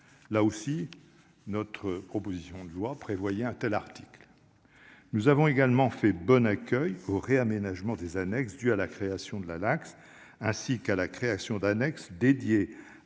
Là aussi, notre proposition de loi prévoyait un tel article. Nous avons également fait bon accueil au réaménagement des annexes, dû à la création de la Lacss, ainsi qu'à la création d'annexes dédiées